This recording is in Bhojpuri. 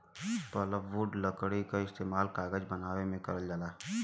पल्पवुड लकड़ी क इस्तेमाल कागज बनावे में करल जाला